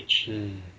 mm